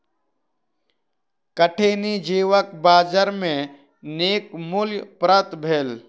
कठिनी जीवक बजार में नीक मूल्य प्राप्त भेल